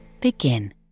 Begin